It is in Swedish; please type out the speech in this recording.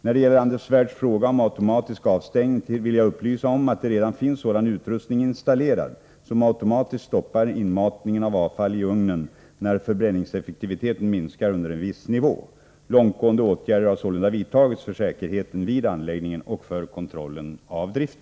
När det gäller Anders Svärds fråga om automatisk avstängning vill jag upplysa om att det redan finns sådan utrustning installerad som automatiskt stoppar inmatningen av avfall i ugnen när förbränningseffektiviteten minskar under en viss nivå. Långtgående åtgärder har sålunda vidtagits för säkerheten vid anläggningen och för kontrollen av driften.